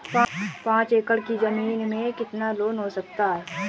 पाँच एकड़ की ज़मीन में कितना लोन हो सकता है?